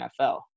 NFL